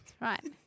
Right